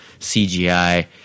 CGI